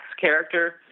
character